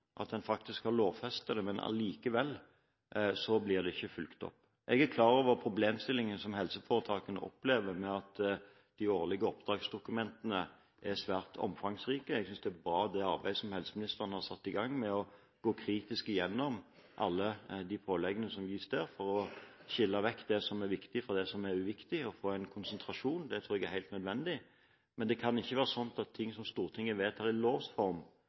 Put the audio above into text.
at man faktisk har lovfestet det – og likevel blir det ikke fulgt opp. Jeg er klar over problemstillingene som helseforetakene opplever med at de årlige oppdragsdokumentene er svært omfangsrike. Jeg synes det er bra, det arbeidet helseministeren har satt i gang med å gå kritisk igjennom alle de påleggene som gis, og skille det som er viktig fra det som er uviktig, og å få en konsentrasjon. Det tror jeg er helt nødvendig. Men det kan ikke være slik at det Stortinget vedtar i lovs form,